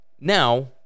Now